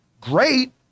great